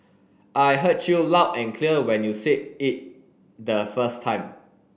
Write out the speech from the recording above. I heard you loud and clear when you said it the first time